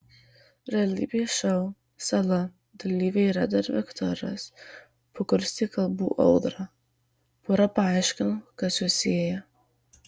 realybės šou sala dalyviai reda ir viktoras pakurstė kalbų audrą pora paaiškino kas juos sieja